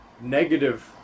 negative